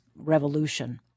revolution